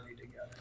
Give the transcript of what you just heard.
together